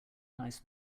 nice